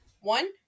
One